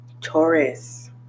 Taurus